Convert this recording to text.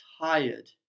tired